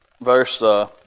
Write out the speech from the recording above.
verse